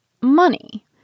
money